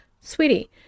sweetie